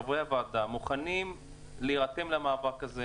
חברי הוועדה,